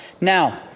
Now